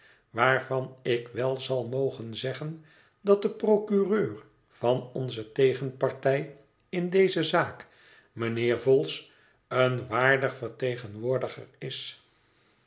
waarvan ik wel zal mogen zeggen dat de procureur van onze tegenpartij in deze zaak mijnheer vholes een waardig vertegenwoordiger is